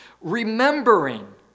remembering